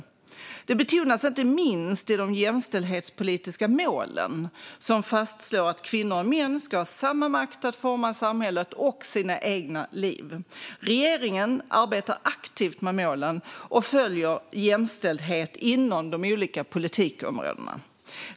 Detta betonas inte minst i de jämställdhetspolitiska målen, som slår fast att kvinnor och män ska ha samma makt att forma samhället och sina egna liv. Regeringen arbetar aktivt med målen och följer jämställdheten inom de olika politikområdena.